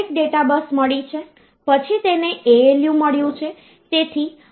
હવે સંખ્યા દર્શાવતી વખતે તમે જોશો કે આ છેલ્લો અંક આ ચોક્કસ અંક 2 વડે ઘણી બધી વખત ભાગાકાર કર્યા પછી આવ્યો છે